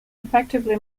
effectively